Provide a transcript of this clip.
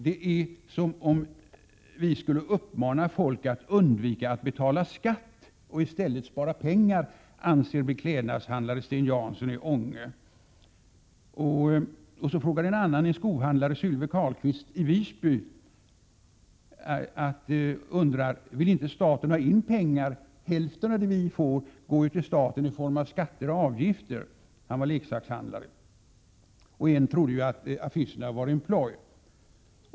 Det är som om vi skulle uppmana folk att undvika att betala skatt och i stället spara pengarna, anser beklädnadshandlare Sten Jansson i Ånge.” Ett citat till: ”- Vill inte staten ha in pengar? Hälften av det vi får in går till staten i form av skatter och avgifter”, säger en leksakshandlare. En tredje köpman trodde att affischerna var en ploj.